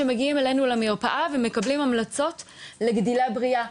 ילדים שמגיעים אלינו למרפאה ומקבלים המלצות לגדילה בריאה.